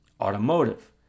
Automotive